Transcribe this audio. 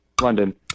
London